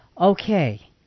okay